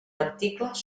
articles